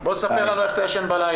בוא תספר לנו איך אתה ישן בלילה.